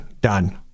Done